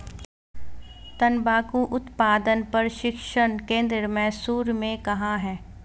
तंबाकू उत्पादन प्रशिक्षण केंद्र मैसूर में कहाँ है?